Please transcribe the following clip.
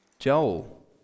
Joel